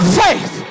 faith